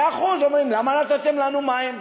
מאה אחוז, אומרים, למה נתתם לנו מים?